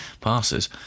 passes